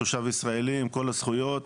תושב ישראלי עם כל הזכויות,